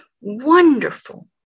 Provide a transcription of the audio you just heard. wonderful